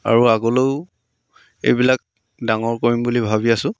আৰু আগলৈয়ো এইবিলাক ডাঙৰ কৰিম বুলি ভাবি আছোঁ